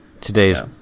Today's